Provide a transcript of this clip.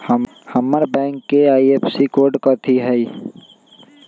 हमर बैंक के IFSC code कथि हई?